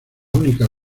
única